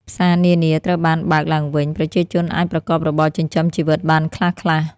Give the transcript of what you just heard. ផ្សារនានាត្រូវបានបើកឡើងវិញ ប្រជាជនអាចប្រកបរបរចិញ្ចឹមជីវិតបានខ្លះៗ។